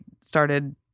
started